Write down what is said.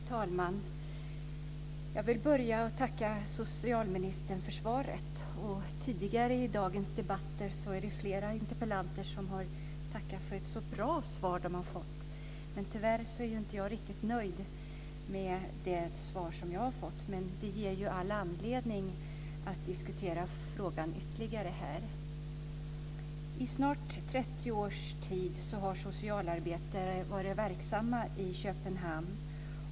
Fru talman! Jag vill börja med att tacka socialministern för svaret. Tidigare i dagens debatter har flera interpellanter tackat för att de har fått ett så bra svar. Men tyvärr är jag inte riktigt nöjd med det svar som jag har fått. Men det ger ju all anledning att diskutera frågan ytterligare här. Under snart 30 års tid har socialarbetare varit verksamma i Köpenhamn.